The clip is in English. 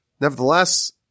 Nevertheless